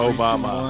Obama